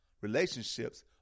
relationships